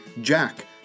Jack